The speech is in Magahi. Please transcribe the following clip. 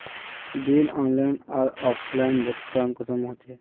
बिल ऑनलाइन आर ऑफलाइन भुगतान कुंसम होचे?